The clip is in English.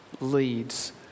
leads